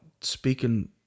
speaking